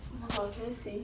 oh my god can I see